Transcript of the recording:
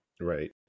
right